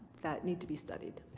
that need to be studied.